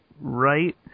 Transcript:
right